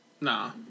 Nah